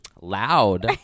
loud